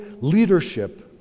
leadership